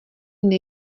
dny